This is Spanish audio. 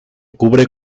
cubre